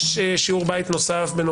יש שיעור בית נוסף.